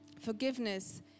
Forgiveness